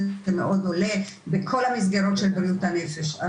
זה מאוד עולה בכל המסגרות של בריאות הנפש.